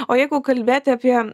o jeigu kalbėti apie